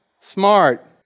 smart